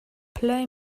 play